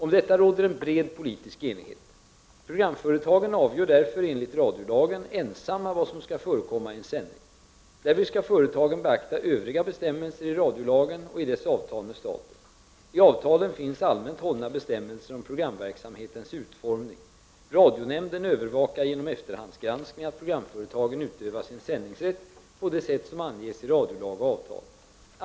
Om detta råder en bred politisk enighet. Programföretagen avgör därför, enligt radiolagen , ensamma vad som skall förekomma i en sändning. Därvid skall företagen beakta övriga bestämmelser i radiolagen och i dess avtal med staten. I avtalen finns allmänt hållna bestämmelser om programverksamhetens utformning. Radionämnden övervakar genom efterhandsgranskning att programföretagen "utövar sin sändningsrätt på det sätt som anges i radiolag och avtal.